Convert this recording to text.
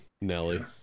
Nelly